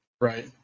right